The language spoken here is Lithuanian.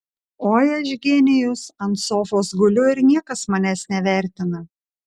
oi aš genijus ant sofos guliu ir niekas manęs nevertina